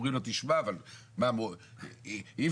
הם אומרים לו: אי אפשר,